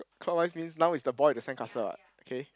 clockwise means now is the boy with the sandcastle what okay